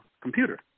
computer